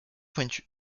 pointu